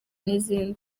n’izindi